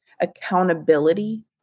accountability